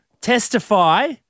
testify